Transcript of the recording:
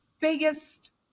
biggest